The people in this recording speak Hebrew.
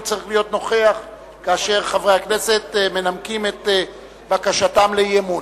הוא צריך להיות נוכח כאשר חברי הכנסת מנמקים את בקשתם לאי-אמון.